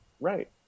right